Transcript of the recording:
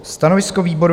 Stanovisko výboru?